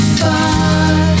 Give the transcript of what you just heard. far